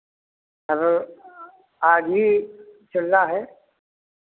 अब आज ही चलना है